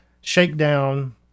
shakedown